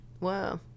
Wow